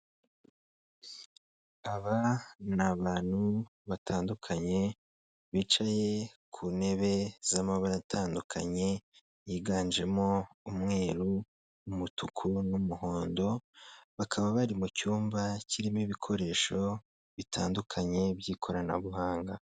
Aba ni abantu batandukanye, bicaye ku ntebe z'amabara atandukanye, yiganjemo umweru n'umutuku n'umuhondo, bakaba bari mu cyumba kirimo ibikoresho bitandukanye by'ikoranabuhanga.